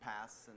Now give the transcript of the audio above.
past